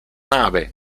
nave